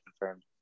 confirmed